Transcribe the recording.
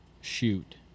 shoot